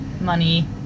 money